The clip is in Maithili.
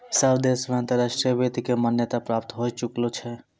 सब देश मे अंतर्राष्ट्रीय वित्त के मान्यता प्राप्त होए चुकलो छै